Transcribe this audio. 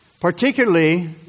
Particularly